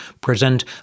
present